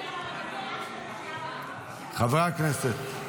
חברי הכנסת.